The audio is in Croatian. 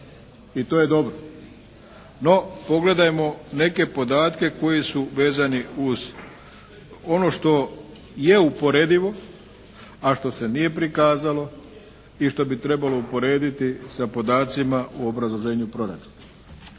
i to je dobro. No, pogledajmo neke podatke koji su vezani uz ono što je uporedivo, a što se nije prikazalo i što bi trebalo uporediti sa podacima u obrazloženju proračuna.